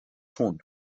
tun